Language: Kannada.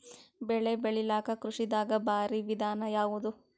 ಬೆಳೆ ಬೆಳಿಲಾಕ ಕೃಷಿ ದಾಗ ಭಾರಿ ವಿಧಾನ ಯಾವುದು?